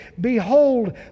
Behold